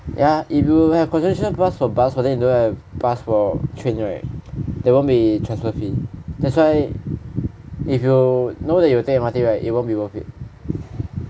ya if you have concession pass for bus but you don't have pass for train right there won't be transfer fee that's why if you know you'll take M_R_T right it won't be worth it